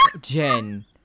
Jen